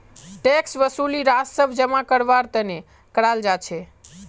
tax वसूली राजस्व जमा करवार तने कराल जा छे